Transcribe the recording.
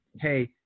hey